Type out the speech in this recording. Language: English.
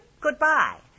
Goodbye